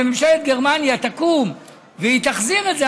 כשממשלת גרמניה תקום ותחזיר את זה,